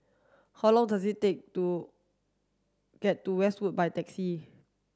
how long does it take to get to Westwood by taxi